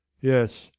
Yes